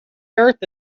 earth